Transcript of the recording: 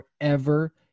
forever